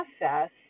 process